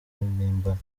mpimbano